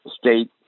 state